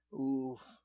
Oof